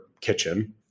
kitchen